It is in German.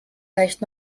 reicht